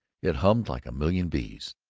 it hummed like a million bees,